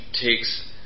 takes